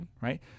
right